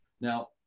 Now